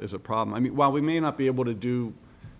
is a problem i mean while we may not be able to do